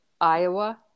Iowa